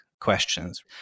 questions